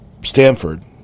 Stanford